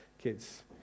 kids